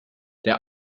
der